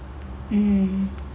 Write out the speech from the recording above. mmhmm